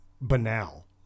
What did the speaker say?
Banal